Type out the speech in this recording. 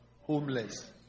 Homeless